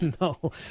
No